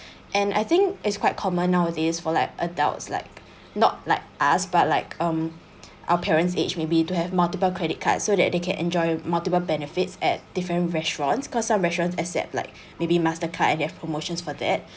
and I think it's quite common nowadays for like adults like not like us but like um our parents age maybe to have multiple credit cards so that they can enjoy multiple benefits at different restaurants cause some restaurants accept like maybe Mastercard and they have promotions for that